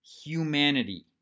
humanity